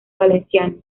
valenciano